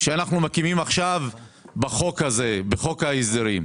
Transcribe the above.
שאנחנו מקימים עכשיו בחוק הזה, בחוק ההסדרים,